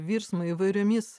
virsmą įvairiomis